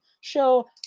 show